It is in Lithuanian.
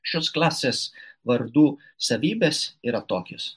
šios klasės vardų savybės yra tokios